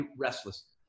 restless